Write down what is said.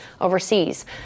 overseas